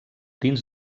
dins